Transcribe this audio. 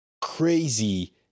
crazy